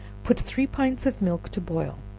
put three pints of milk to boil,